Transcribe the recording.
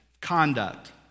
conduct